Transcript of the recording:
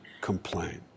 complain